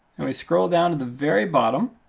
and we scroll down to the very bottom.